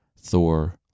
Thor